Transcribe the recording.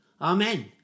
Amen